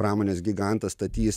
pramonės gigantas statys